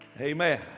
amen